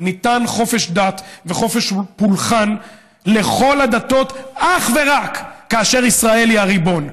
ניתן חופש דת וחופש פולחן לכל הדתות אך ורק כאשר ישראל היא הריבון,